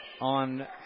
on